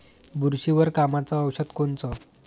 बुरशीवर कामाचं औषध कोनचं?